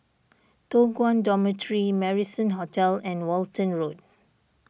Toh Guan Dormitory Marrison Hotel and Walton Road